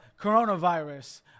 Coronavirus